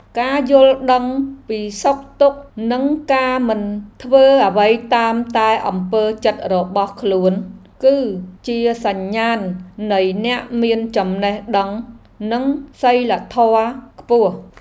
ការយល់ដឹងពីសុខទុក្ខនិងការមិនធ្វើអ្វីតាមតែអំពើចិត្តរបស់ខ្លួន គឺជាសញ្ញាណនៃអ្នកមានចំណេះដឹងនិងសីលធម៌ខ្ពស់។